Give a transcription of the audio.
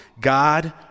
God